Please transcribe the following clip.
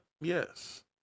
Yes